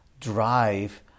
drive